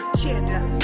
cheddar